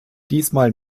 diesmal